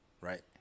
Right